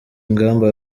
ingamba